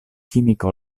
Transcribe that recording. chimica